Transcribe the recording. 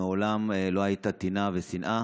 ומעולם לא הייתה טינה ושנאה.